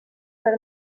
per